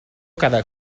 cada